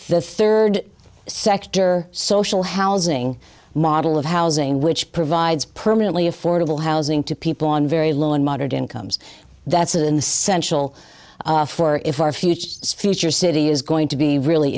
the third sector social housing model of housing which provides permanently affordable housing to people on very low and moderate incomes that's in the central for if our future future city is going to be really